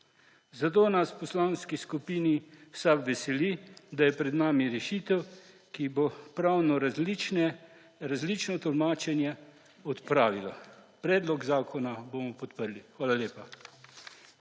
zato nas v Poslanski skupini SAB veseli, da je pred nami rešitev, ki bo različno pravno tolmačenje odpravila. Predlog zakona bomo podprli. Hvala lepa.